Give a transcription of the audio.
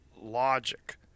logic